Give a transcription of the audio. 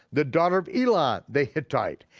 the daughter of elon the hittite,